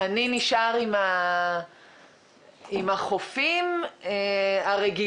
אני נשאר עם החופים הרגילים.